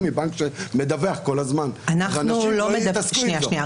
מבנק שמדווח כל הזמן ואנשים לא יתעסקו איתו.